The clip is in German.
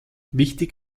wichtig